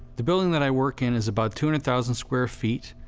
the building that i work in is about two hundred thousand square feet.